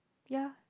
ya